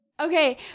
okay